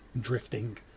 drifting